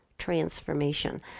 transformation